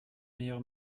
meilleur